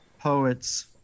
poets